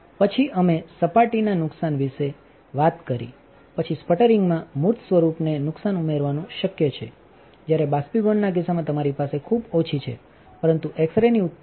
પછી અમે સપાટીના નુકસાન વિશે વાત કરી પછી સ્પટરિંગમાં મૂર્ત સ્વરૂપને નુકસાન ઉમેરવાનું શક્ય છે જ્યારે બાષ્પીભવનના કિસ્સામાં તમારી પાસે ખૂબ ઓછી છે પરંતુએક્સ રેનીઉત્પત્તિ છે